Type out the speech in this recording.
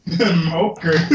Okay